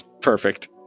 Perfect